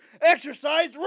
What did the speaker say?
Exercise